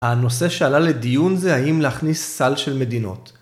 הנושא שעלה לדיון זה האם להכניס סל של מדינות.